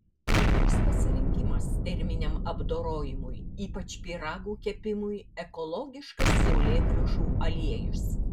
puikus pasirinkimas terminiam apdorojimui ypač pyragų kepimui ekologiškas saulėgrąžų aliejus